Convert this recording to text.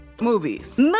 Movies